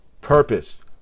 Purpose